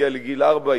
הגיעה לגיל ארבע,